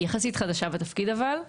אני יחסית חדשה בתפקיד הזה.